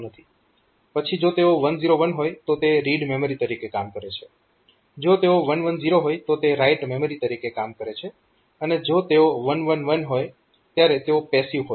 પછી જો તેઓ 1 0 1 હોય તો તે રીડ મેમરી તરીકે કામ કરે છે જો તેઓ 1 1 0 તો તે રાઈટ મેમરી તરીકે કામ કરે છે અને જો તેઓ 1 1 1 હોય ત્યારે તેઓ પેસિવ હોય છે